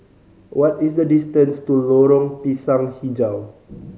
what is the distance to Lorong Pisang Hijau